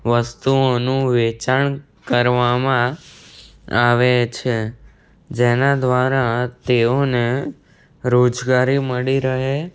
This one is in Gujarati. વસ્તુઓનું વેચાણ કરવામાં આવે છે જેના દ્વારા તેઓને રોજગારી મળી રહે